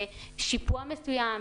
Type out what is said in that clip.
בשיפוע מסוים,